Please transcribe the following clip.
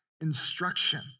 instruction